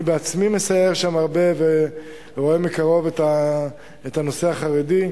אני בעצמי מסייר שם הרבה ורואה מקרוב את הנושא החרדי.